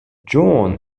john